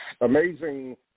amazing